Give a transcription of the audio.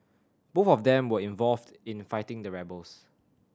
both of them were involved in fighting the rebels